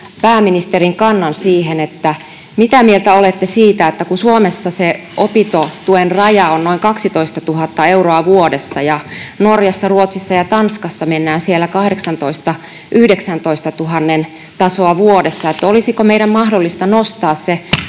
pääministerin kannan siihen, mitä mieltä olette siitä, että kun Suomessa se opintotuen raja on noin 12 000 euroa vuodessa ja Norjassa, Ruotsissa ja Tanskassa mennään siellä 18 000—19 000:n tasossa vuodessa, niin olisiko meidän mahdollista nostaa se